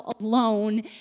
alone